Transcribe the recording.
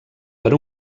per